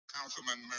Councilman